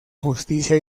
justicia